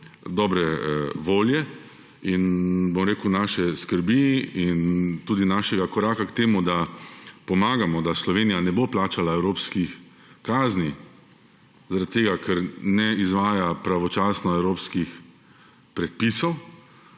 dobre volje in naše skrbi in tudi našega koraka k temu, da pomagamo, da Slovenija ne bo plačala evropskih kazni, zaradi tega, ker ne izvaja pravočasno evropskih predpisov,